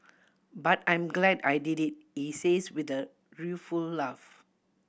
but I'm glad I did it he says with a rueful laugh